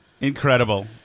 Incredible